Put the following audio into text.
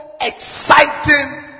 exciting